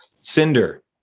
Cinder